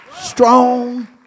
Strong